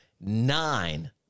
nine